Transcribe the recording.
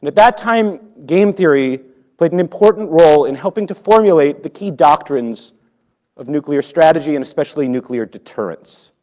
that time, game theory played an important role in helping to formulate the key doctrines of nuclear strategy and especially nuclear deterrence.